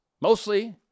Mostly